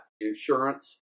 insurance